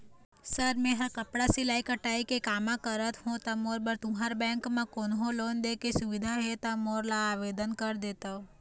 Sir मेहर कपड़ा सिलाई कटाई के कमा करत हों ता मोर बर तुंहर बैंक म कोन्हों लोन दे के सुविधा हे ता मोर ला आवेदन कर देतव?